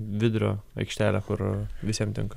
vidurio aikštelę kur visiem tinka